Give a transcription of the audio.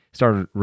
started